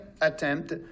attempt